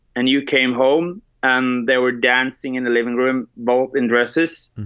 and you came home and they were dancing in the living room, both in dresses,